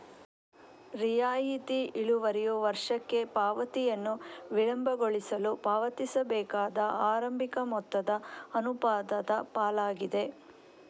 ರಿಯಾಯಿತಿ ಇಳುವರಿಯು ವರ್ಷಕ್ಕೆ ಪಾವತಿಯನ್ನು ವಿಳಂಬಗೊಳಿಸಲು ಪಾವತಿಸಬೇಕಾದ ಆರಂಭಿಕ ಮೊತ್ತದ ಅನುಪಾತದ ಪಾಲಾಗಿದೆ